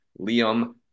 Liam